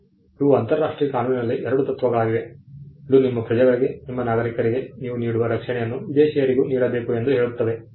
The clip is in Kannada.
ಈಗ ಇವು ಅಂತರರಾಷ್ಟ್ರೀಯ ಕಾನೂನಿನಲ್ಲಿ ಎರಡು ತತ್ವಗಳಾಗಿವೆ ಅದು ನಿಮ್ಮ ಪ್ರಜೆಗಳಿಗೆ ನಿಮ್ಮ ನಾಗರಿಕರಿಗೆ ನೀವು ನೀಡುವ ರಕ್ಷಣೆಯನ್ನು ವಿದೇಶಿಯರಿಗೂ ನೀಡಬೇಕು ಎಂದು ಹೇಳುತ್ತದೆ